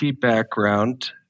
background